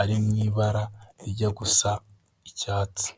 ari mu ibara rijya gusa icyatsi.